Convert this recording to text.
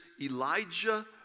Elijah